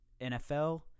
NFL